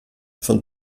von